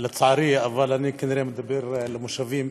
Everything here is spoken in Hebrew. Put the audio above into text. לצערי אבל אני כנראה מדבר למושבים.